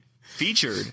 featured